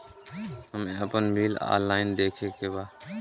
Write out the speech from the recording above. हमे आपन bill online देखे के बा?